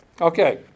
Okay